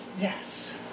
yes